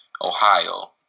Ohio